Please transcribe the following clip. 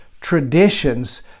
traditions